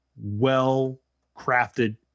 well-crafted